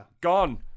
gone